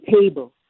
table